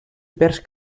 pers